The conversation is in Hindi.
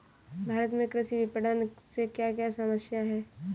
भारत में कृषि विपणन से क्या क्या समस्या हैं?